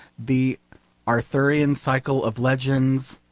the arthurian cycle of legends,